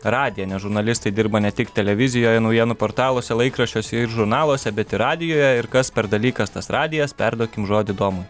radiją nes žurnalistai dirba ne tik televizijoje naujienų portaluose laikraščiuose ir žurnaluose bet ir radijuje ir kas per dalykas tas radijas perduokim žodį domui